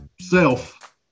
self